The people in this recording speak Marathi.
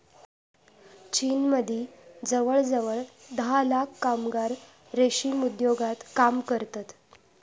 चीनमदी जवळजवळ धा लाख कामगार रेशीम उद्योगात काम करतत